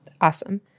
Awesome